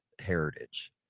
heritage